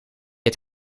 het